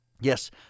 Yes